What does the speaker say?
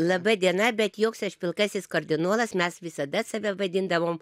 laba diena bet joks aš pilkasis kardinolas mes visada save vadindavom